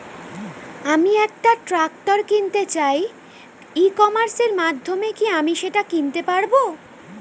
আমি একটা ট্রাক্টর কিনতে চাই ই কমার্সের মাধ্যমে কি আমি সেটা কিনতে পারব?